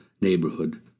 neighborhood